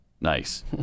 Nice